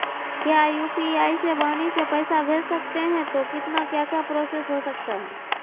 क्या यू.पी.आई से वाणी से पैसा भेज सकते हैं तो कितना क्या क्या प्रोसेस हो सकता है?